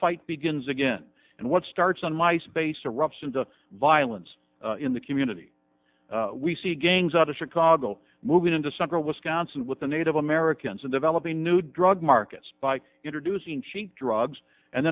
fight begins again and what starts on my space are roughs into violence in the community we see gangs out of chicago moving into central wisconsin with the native americans in developing new drug markets by introducing cheap drugs and